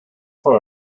for